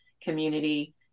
community